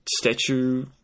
statue